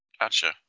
Gotcha